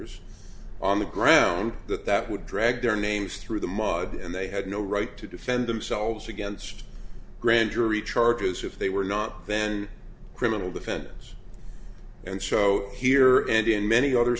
or on the ground that that would drag their names through the mud and they had no right to defend themselves against grand jury charges if they were not then criminal defendants and show here and in many o